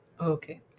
Okay